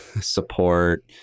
support